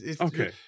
Okay